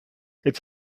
its